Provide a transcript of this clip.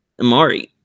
Amari